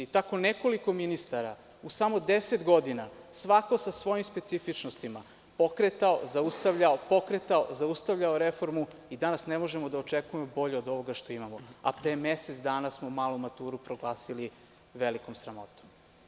Tako nekoliko ministara u deset godina, svako sa svojim specifičnostima, pokretao je, zaustavljao, pokretao, zaustavljao reformu i danas ne možemo da očekujemo bolje od ovoga što imamo, a pre mesec dana smo malu maturu proglasili velikom sramotom.